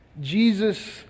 Jesus